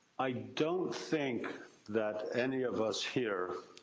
i don't think that any of us here,